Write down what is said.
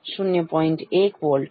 1 volt